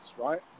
right